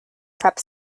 prep